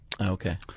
Okay